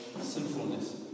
sinfulness